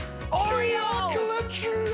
Oreo